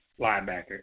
linebacker